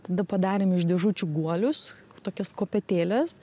tada padarėm iš dėžučių guolius tokias kopetėles